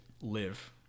Live